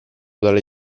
dalle